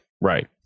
right